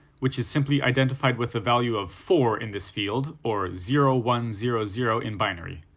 which is simply identified with a value of four in this field, or zero one zero zero in binary.